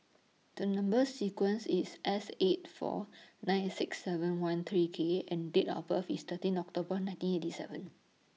The Number sequence IS S eight four nine six seven one three K and Date of birth IS thirteen October nineteen eighty seven